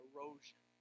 Erosion